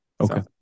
Okay